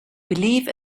believe